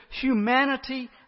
humanity